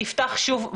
נפתח שוב ואקום.